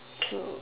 so